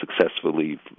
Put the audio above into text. successfully